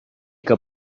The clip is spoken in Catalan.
que